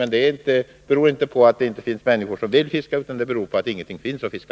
Men det beror alltså inte på att det inte skulle finnas människor som vill fiska utan på att ingenting finns att fiska.